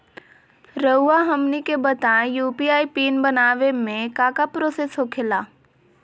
रहुआ हमनी के बताएं यू.पी.आई पिन बनाने में काका प्रोसेस हो खेला?